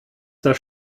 das